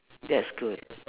that's good